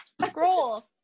Scroll